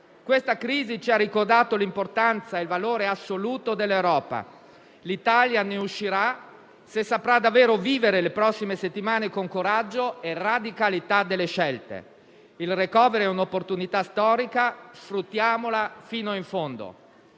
Questa crisi ci ha ricordato l'importanza e il valore assoluto dell'Europa. L'Italia ne uscirà, se saprà davvero vivere le prossime settimane con coraggio e radicalità delle scelte. Il *recovery* è un'opportunità storica: sfruttiamola fino in fondo.